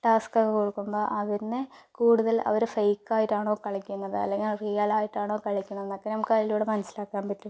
task ഒക്കെ കൊടുക്കുമ്പോൾ അതിന് കൂടുതൽ അവർ ഫേക്ക് ആയിട്ടാണോ കളിക്കുന്നത് അല്ലെങ്കിൽ റിയൽ ആയിട്ടാണോ കളിക്കണത് എന്നൊക്കെ നമുക്ക് അതിലൂടെ മനസ്സിലാക്കാൻ പറ്റും